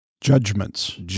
judgments